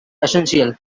essential